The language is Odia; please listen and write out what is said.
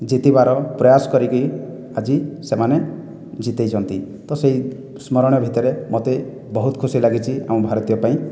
ଜିତିବାର ପ୍ରୟାସ କରିକି ଆଜି ସେମାନେ ଜିତେଇଛନ୍ତି ତ ସେହି ସ୍ମରଣୀୟ ଭିତରେ ମୋତେ ବହୁତ ଖୁସି ଲାଗିଛି ଆମ ଭାରତୀୟ ପାଇଁ